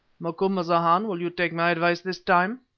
macumazahn, will you take my advice this time?